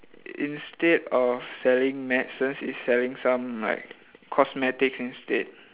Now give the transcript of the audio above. instead of selling medicines it's selling some like cosmetics instead